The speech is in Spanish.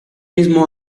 mismo